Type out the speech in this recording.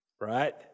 right